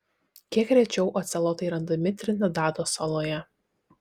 kiek rečiau ocelotai randami trinidado saloje